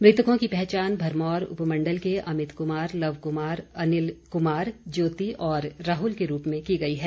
मृतकों की पहचान भरमौर उपमण्डल के अमित कुमार लव कुमार अनिल कुमार ज्योति और राहुल के रूप में की गई है